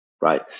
right